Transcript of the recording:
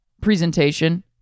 presentation